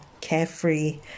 carefree